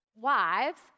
Wives